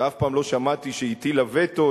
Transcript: ואף פעם לא שמעתי שהיא הטילה וטו,